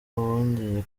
bongeye